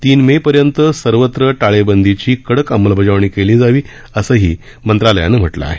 तीन मे पर्यंत सर्वत्र टाळेबंदीची कडक अंमलबजावणी केली जावी असंही मंत्रालयानं म्हटलं आहे